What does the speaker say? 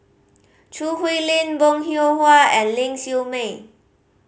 Choo Hwee Lim Bong Hiong Hwa and Ling Siew May